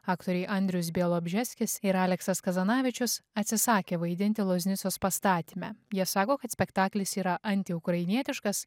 aktoriai andrius bialobžeskis ir aleksas kazanavičius atsisakė vaidinti loznicos pastatyme jie sako kad spektaklis yra anti ukrainietiškas